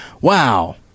wow